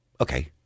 Okay